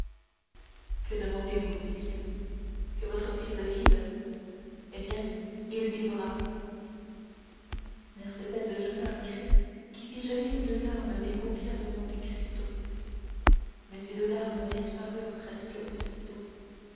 que demandez-vous dit-il que votre fils vive eh bien il vivra mercédès jeta un cri qui fit jaillir deux larmes des paupières de monte cristo mais ces deux larmes disparurent presque aussitôt